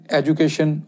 education